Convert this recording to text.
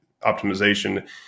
optimization